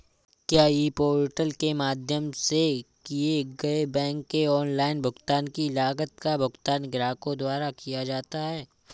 क्या ई पोर्टल के माध्यम से किए गए बैंक के ऑनलाइन भुगतान की लागत का भुगतान ग्राहकों द्वारा किया जाता है?